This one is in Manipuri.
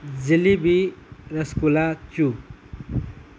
ꯖꯤꯂꯤꯕꯤ ꯔꯁꯒꯨꯂꯥ ꯆꯨ